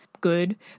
good